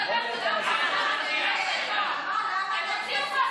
חוק שאין בו הכרה